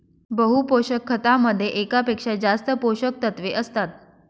बहु पोषक खतामध्ये एकापेक्षा जास्त पोषकतत्वे असतात